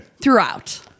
throughout